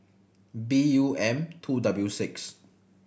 B U M two W six